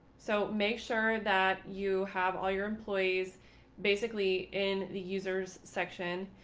so make sure that you have all your employees basically in the users section.